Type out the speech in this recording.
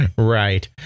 Right